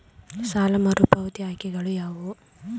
ಸಾಲ ಮರುಪಾವತಿ ಆಯ್ಕೆಗಳು ಯಾವುವು?